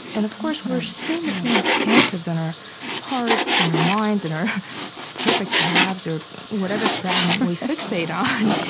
and of course, we are so much more expansive than our hearts and our minds and our perfect abs or whatever fragment we fixate on.